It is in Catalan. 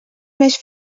més